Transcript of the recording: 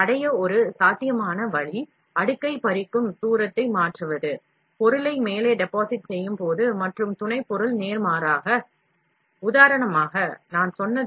இதை அடைய ஒரு சாத்தியமான வழி அடுக்கை பிரிக்கும் தூரத்தை மாற்றுவது பொருளை மேலே டெபாசிட் செய்யும் போது அடுக்கு தூரம் மாறுபடலாம்